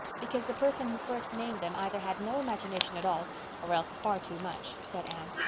because the person who first named them either had no imagination at all or else far too much, said anne,